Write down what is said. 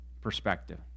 perspective